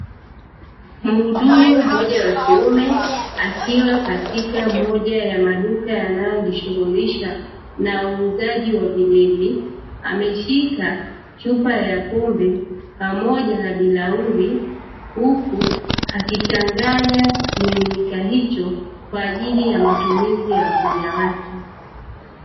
Mhudumu mmoja wa kiume akiwa katika moja ya maduka yanayojishughulisha na uuzaji wa vilevi ameshika chupa ya pombe pamoja na bilauri, huku akichanganya kimiminika hicho kwaajili ya matumizi ya wateja wake.